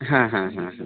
হ্যাঁ হ্যাঁ হ্যাঁ হ্যাঁ